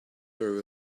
very